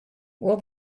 will